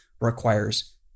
requires